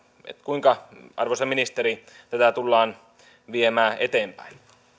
kuinka arvoisa ministeri tätä tullaan viemään eteenpäin